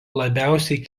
labiausiai